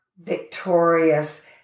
victorious